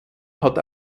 hat